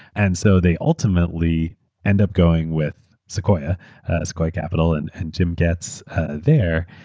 and so they ultimately end up going with sequoia sequoia capital, and and jim gets there,